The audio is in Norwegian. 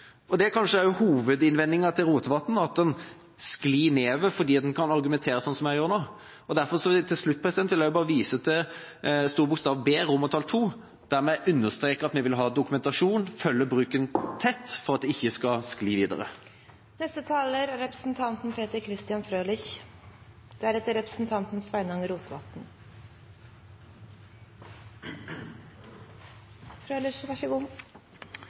det. Det er kanskje også hovedinnvendingen til Rotevatn, at den sklir nedover, fordi man kan argumentere sånn som jeg gjør nå. Derfor vil jeg til slutt bare vise til B. II i innstillingen, der vi understreker at vi vil ha dokumentasjon og følge bruken tett, for at det ikke skal skli videre. Jeg føyer meg inn i rekken av dem som alt i alt synes at dette er